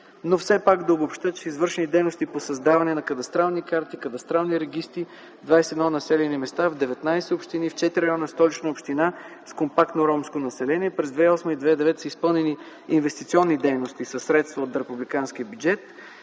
Но все пак да обобщя, че са извършени дейности по създаване на кадастрални карти, кадастрални регистри в 21 населени места, в 19 общини, в 4 района на Столична община с компактно ромско население. През 2008-2009 г. са изпълнени инвестиционни дейности със средства от републиканския бюджет